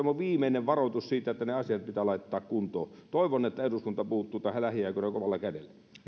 viimeinen varoitus siitä että nämä asiat pitää laittaa kuntoon toivon että eduskunta puuttuu tähän lähiaikoina kovalla kädellä